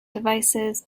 devices